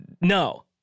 no